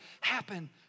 happen